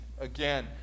again